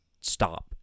stop